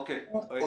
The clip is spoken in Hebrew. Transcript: אוקיי, עופר.